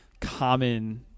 common